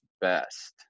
best